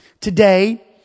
today